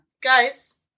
guys